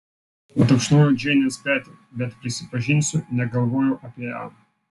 patapšnojau džeinės petį bet prisipažinsiu negalvojau apie ją